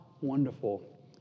wonderful